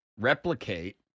replicate